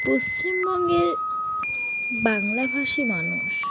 পশ্চিমবঙ্গের বাংলাভাষী মানুষ